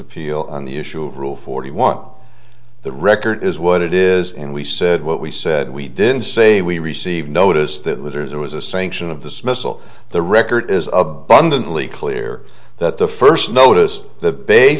appeal on the issue of rule forty one the record is what it is and we said what we said we didn't say we received notice that litters there was a sanction of this missile the record is abundantly clear that the first noticed the ba